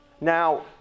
Now